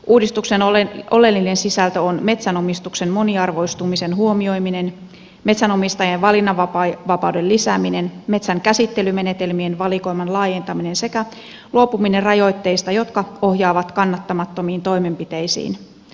uudistuksen oleellinen sisältö on metsänomistuksen moniarvoistumisen huomioiminen metsänomistajien valinnanvapauden lisääminen metsän käsittelymenetelmien valikoiman laajentaminen sekä luopuminen rajoitteista jotka ohjaavat kannattamattomiin toimenpiteisiin